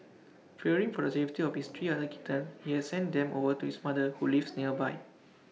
fearing for the safety of his three other kittens he has sent them over to his mother who lives nearby